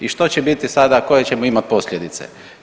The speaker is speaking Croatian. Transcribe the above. I što će biti sada, koje ćemo imati posljedice?